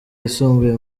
yisumbuye